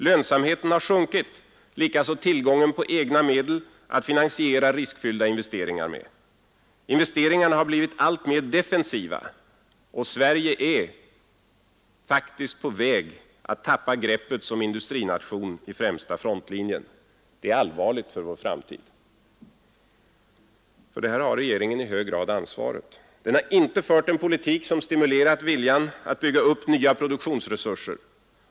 Lönsamheten har sjunkit, likaså tillgången på egna medel att finansiera riskfyllda investeringar med. Investeringarna har blivit alltmer defensiva. Sverige är faktiskt på väg att tappa greppet som industrination i främsta frontlinjen. Det är allvarligt för vår framtid. För detta har regeringen i hög grad ansvaret. Den har inte fört en politik som stimulerat viljan att bygga upp nya produktionsresurser.